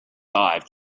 dive